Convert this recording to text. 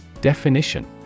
Definition